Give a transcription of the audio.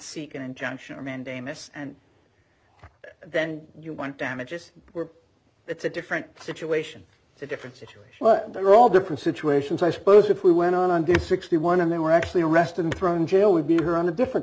seek an injunction or mandamus and then you want damages we're it's a different situation it's a different situation but they're all different situations i suppose if we went on and did sixty one and they were actually arrested and thrown in jail we'd be here on a different